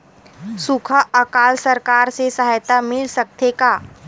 सुखा अकाल सरकार से सहायता मिल सकथे का?